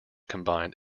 combined